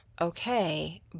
okay